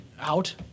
out